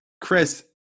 Chris